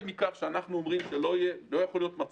אנחנו אומרים שלא יהיה מצב